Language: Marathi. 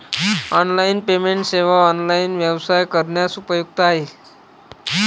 ऑनलाइन पेमेंट सेवा ऑनलाइन व्यवसाय करण्यास उपयुक्त आहेत